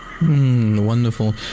Wonderful